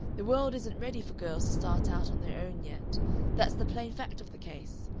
the world isn't ready for girls to start out on their own yet that's the plain fact of the case.